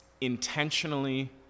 intentionally